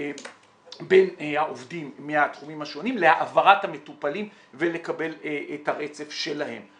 בין העובדים מהתחומים השונים להעברת המטופלים ולקבל את הרצף שלהם.